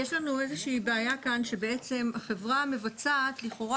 יש לנו איזושהי בעיה כאן שבעצם החברה המבצעת היא לכאורה,